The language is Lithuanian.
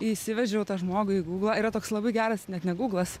įsivedžiau tą žmogui į gūglą yra toks labai geras net ne gūglas